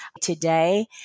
Today